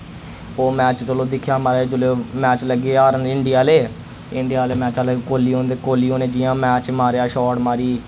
ओह् मैच चलो दिक्खेआ मराज जुल्लै मैच लगे हारन इंडिया आह्ले इंडिया आह्ले मैच आह्ले कोहली उंदे कोहली उ'ने जि'यां मैच मारेआ शार्ट मारी